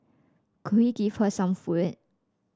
could he give her some food